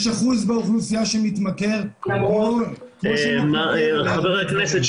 יש אחוז באוכלוסייה שמתמכר למרות --- חה"כ שפע,